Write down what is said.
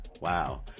Wow